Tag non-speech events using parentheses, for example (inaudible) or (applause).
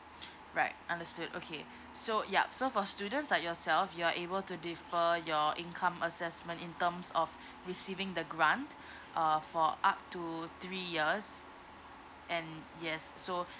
(breath) right understood okay so yup so for students like yourself you're able to defer your income assessment in terms of receiving the grant uh for up to three years and yes so